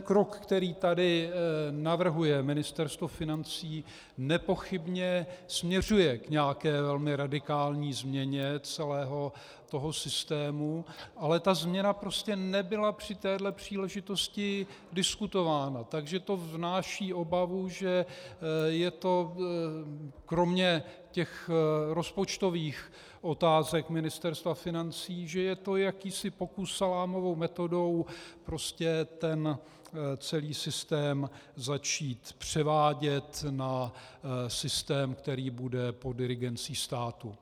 Krok, který tady navrhuje Ministerstvo financí, nepochybně směřuje k nějaké velmi radikální změně celého toho systému, ale ta změna prostě nebyla při téhle příležitosti diskutována, takže to vnáší obavu, že je to kromě těch rozpočtových otázek Ministerstva financí jakýsi pokus salámovou metodou prostě celý ten systém začít převádět na systém, který bude pod dirigencí státu.